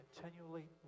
continually